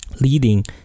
leading